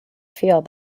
feel